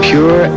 Pure